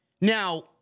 Now